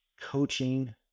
coaching